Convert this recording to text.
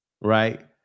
right